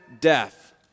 death